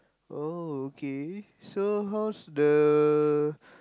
oh okay so how's the